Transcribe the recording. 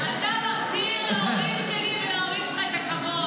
אתה מחזיר להורים שלי ולהורים שלך את הכבוד.